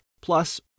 plus